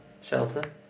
shelter